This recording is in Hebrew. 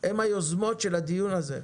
הן היוזמות של הדיון הזה.